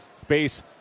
space